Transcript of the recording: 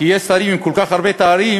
כי יש שרים עם כל כך הרבה תארים,